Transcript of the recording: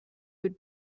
would